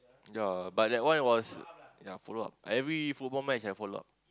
ya but that one was ya follow up every football match I follow up